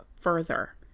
further